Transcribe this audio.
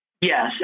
Yes